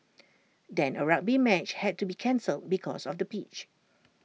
then A rugby match had to be cancelled because of the pitch